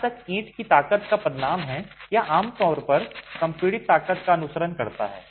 जहां तक ईंट की ताकत का पदनाम है यह आमतौर पर संपीड़ित ताकत का अनुसरण करता है